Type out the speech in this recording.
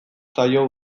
zaio